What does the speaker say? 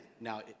now